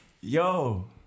Yo